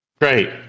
Great